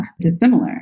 dissimilar